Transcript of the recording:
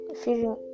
feeling